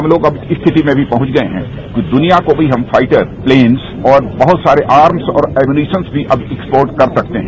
हम लोग अब इस स्थिति में भी पहुंच गए हैं कि दुनिया को भी हम फाइटर प्लेन्स और बहुत सारे आमंच और एम्युनिशन्स भी अब एक्सपोर्ट कर सकते हैं